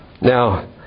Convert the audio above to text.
Now